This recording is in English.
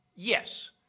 Yes